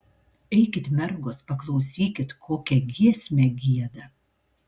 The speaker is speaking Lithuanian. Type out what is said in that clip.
eikit mergos paklausykit kokią giesmę gieda